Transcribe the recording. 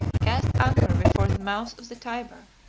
cast anchor before the mouth of the tyber,